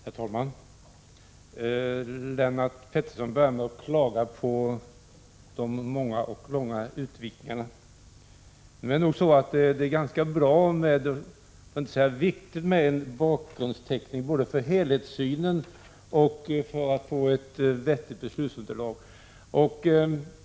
Herr talman! Lennart Pettersson börjar med att klaga på de många och långa utvikningarna. Nu är det så att de är ganska bra — för att inte säga viktigt — med en bakgrundsteckning, både för helhetssynen och för att få ett vettigt beslutsunderlag.